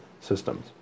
systems